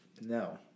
No